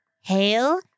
Hail